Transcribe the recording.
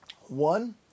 One